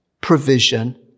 provision